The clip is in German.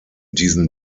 diesen